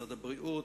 ממשרד הבריאות,